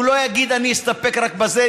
הוא לא יגיד: אני אסתפק רק בזה.